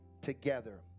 together